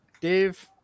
Dave